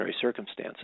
circumstances